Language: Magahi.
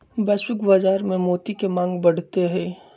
वैश्विक बाजार में मोती के मांग बढ़ते हई